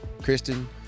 Kristen